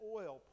oil